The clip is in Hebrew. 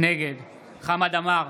נגד חמד עמאר,